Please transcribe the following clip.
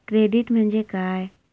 Credit म्हणजे काय?